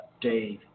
Dave